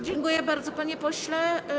Dziękuję bardzo, panie pośle.